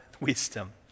wisdom